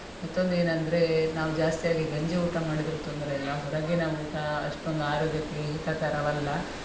ಮತ್ತೊಂದು ಏನಂದರೆ ನಾವು ಜಾಸ್ತಿಯಾಗಿ ಗಂಜಿ ಊಟ ಮಾಡಿದ್ರೂ ತೊಂದರೆಯಿಲ್ಲ ಹೊರಗಿನ ಊಟ ಅಷ್ಟೊಂದು ಆರೋಗ್ಯಕ್ಕೆ ಹಿತಕರವಲ್ಲ